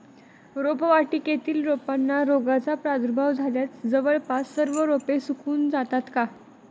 रोपवाटिकेतील रोपांना रोगाचा प्रादुर्भाव झाल्यास जवळपास सर्व रोपे सुकून जातात का?